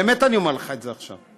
באמת אני אומר לך את זה עכשיו,